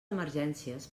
emergències